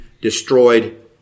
destroyed